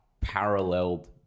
paralleled